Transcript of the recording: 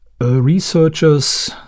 Researchers